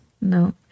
No